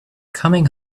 coming